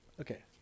Okay